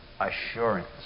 assurance